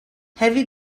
heavy